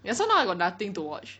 ya so now I got nothing to watch